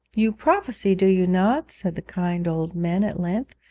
you prophesy, do you not said the kind old men at length,